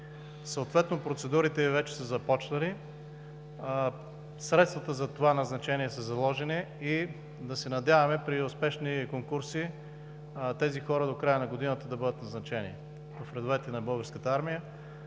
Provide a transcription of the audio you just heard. Съответно процедурите вече са започнали, средствата за това назначение са заложени и да се надяваме при успешни конкурси тези хора до края на годината да бъдат назначени в редовете на Българската армия,